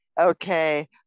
Okay